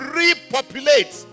repopulate